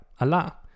Allah